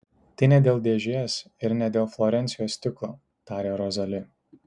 tai ne dėl dėžės ir ne dėl florencijos stiklo tarė rozali